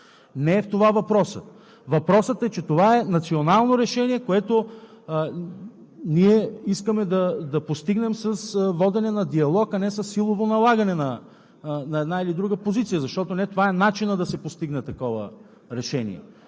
Не е в това въпросът. Въпросът е, че това е национално решение, което ние искаме да постигнем с водене на диалог, а не със силово налагане на една или друга позиция, защото не това е начинът да се постигне такова решение.